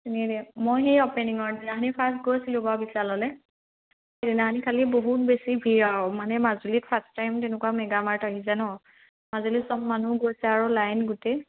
এনেই দিয়া মই সেই অপেনিঙৰ দিনাখনি ফাৰ্ষ্ট গৈছিলোঁ বাৰু বিশাললৈ সেইদিনাখনি খালি বহুত বেছি ভিৰ আৰু মানে মাজুলীত ফাৰ্ষ্ট টাইম তেনেকুৱা মেগামাৰ্ট আহিছে ন মাজুলীৰ চব মানুহ গৈছে আৰু লাইন গোটেই